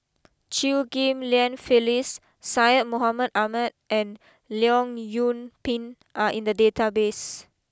Chew Ghim Lian Phyllis Syed Mohamed Ahmed and Leong Yoon Pin are in the database